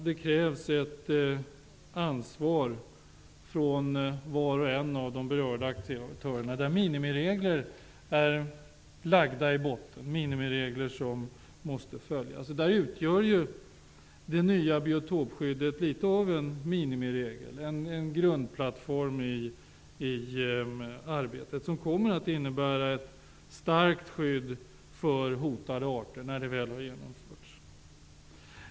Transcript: Det krävs ett ansvar av var och en av de berörda aktörerna, och det skall finnas vissa minimiregler som måste följas. Nu utgör ju det nya biotopskyddet litet av en minimiregel, en grundplattform i arbetet, som kommer att innebära ett starkt skydd för hotade arter när det väl har genomförts.